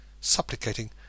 supplicating